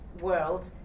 world